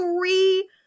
three-